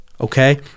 okay